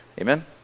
amen